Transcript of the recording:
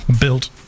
built